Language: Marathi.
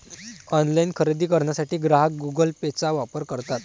ऑनलाइन खरेदी करण्यासाठी ग्राहक गुगल पेचा वापर करतात